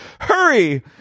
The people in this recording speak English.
Hurry